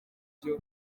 byo